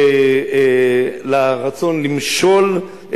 לרצון למשול,